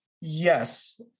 yes